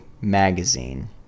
magazine